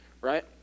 right